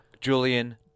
Julian